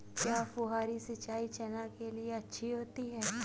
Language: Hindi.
क्या फुहारी सिंचाई चना के लिए अच्छी होती है?